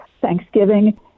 Thanksgiving